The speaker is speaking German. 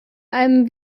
einem